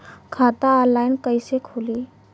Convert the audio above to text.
खाता ऑनलाइन कइसे खुली?